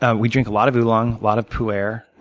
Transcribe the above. ah we drink a lot of oolong, a lot of pu-erh.